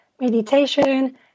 meditation